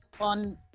on